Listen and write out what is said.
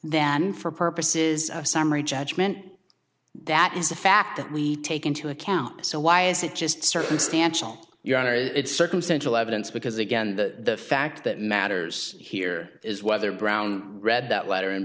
then for purposes of summary judgment that is a fact that we take into account so why is it just circumstantial your honor it's circumstantial evidence because again the fact that matters here is whether brown read that letter and